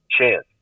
chance